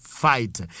fight